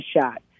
shot